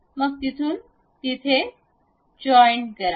मग तिथून येथे जॉईन करा